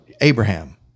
Abraham